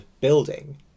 building